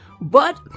But